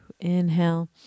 Inhale